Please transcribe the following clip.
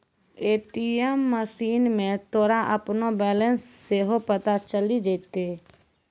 ATM मशीनो मे तोरा अपनो बैलेंस सेहो पता चलि जैतै